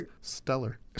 Stellar